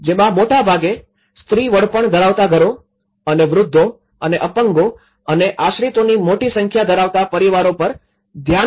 જેમાં મોટાભાગે સ્ત્રી વડપણ ધરાવતા ઘરો અને વૃદ્ધો અને અપંગો અને આશ્રિતોની મોટી સંખ્યા ધરવતા પરિવારો પર ધ્યાન કેન્દ્રિત કરાયું છે